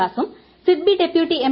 ദാസും SIDBI deputy M